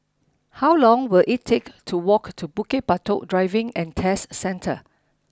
how long will it take to walk to Bukit Batok Driving and Test Centre